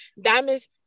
Diamonds